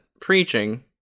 preaching